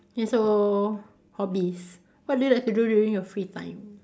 ya so hobbies what do you like to do during your free time